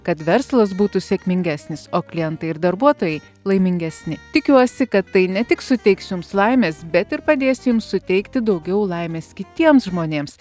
kad verslas būtų sėkmingesnis o klientai ir darbuotojai laimingesni tikiuosi kad tai ne tik suteiks jums laimės bet ir padės jums suteikti daugiau laimės kitiems žmonėms